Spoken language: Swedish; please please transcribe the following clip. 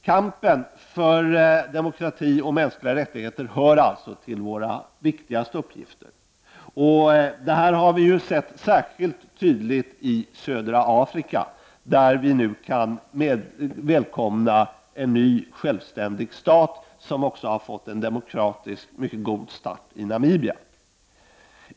Kampen för demokrati och mänskliga rättigheter hör alltså till våra viktigaste uppgifter. Detta har vi sett särskilt tydligt i södra Afrika, där vi nu kan välkomna en ny självständig stat som också har fått en mycket god demokratisk start, nämligen Namibia.